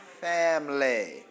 family